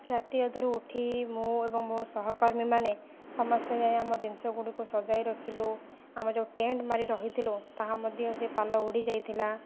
ରାତି ଅଧରୁ ଉଠି ମୁଁ ଏବଂ ମୋ ସହକର୍ମୀମାନେ ସମସ୍ତେ ଯାଇ ଆମ ଜିନିଷ ଗୁଡ଼ିକୁ ସଜାଇ ରଖିଲୁ ଆମେ ଯେଉଁ ଟେଣ୍ଟ ମାରି ରହିଥିଲୁ ତାହା ମଧ୍ୟ ସେ ପାଲ ଉଡ଼ିଯାଇଥିଲା